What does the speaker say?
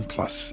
Plus